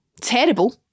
terrible